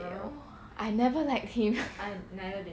no I never liked him